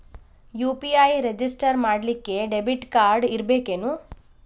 UPI register ಮಾಡ್ಲಿಕ್ಕೆ debit card ಇರ್ಬೇಕೇನು?